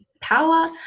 power